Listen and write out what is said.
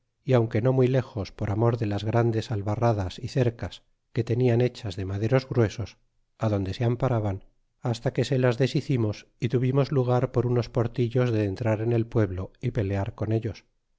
y aunque no muy léjos por amor de las grandes albarradas y cercas que tenian hechas de maderos gruesos adonde se amparaban hasta que se las deshicimos y tuvimos lugar por unos portillos de entrar en el pueblo y pelear con ellos